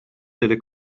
delle